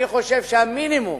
אני חושב שהמינימום